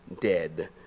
dead